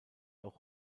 auch